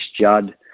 Judd